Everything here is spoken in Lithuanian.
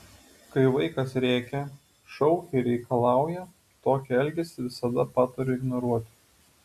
kai vaikas rėkia šaukia ir reikalauja tokį elgesį visada patariu ignoruoti